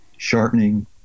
sharpening